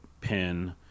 pin